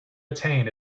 attain